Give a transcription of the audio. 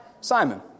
Simon